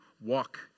walk